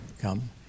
come